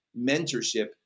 mentorship